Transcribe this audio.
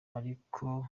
ariko